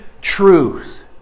truth